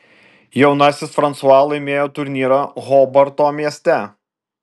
jaunasis fransua laimėjo turnyrą hobarto mieste